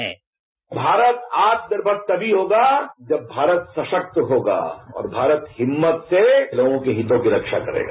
sound bite Bharat आत्मनिर्मर तमी होगा जब भारत सशक्त होगा और भारत हिम्मत से लोगों के हितों की रक्षा करेगा